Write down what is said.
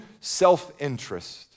self-interest